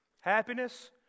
happiness